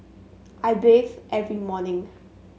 I bathe every morning